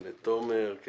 לתומר.